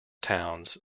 towns